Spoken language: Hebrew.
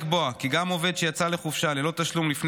מוצע לקבוע כי גם עובד שיצא לחופשה ללא תשלום לפני